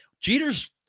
Jeter's